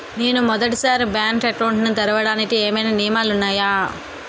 నేను మొదటి సారి బ్యాంక్ అకౌంట్ తెరవడానికి ఏమైనా నియమాలు వున్నాయా?